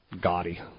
gaudy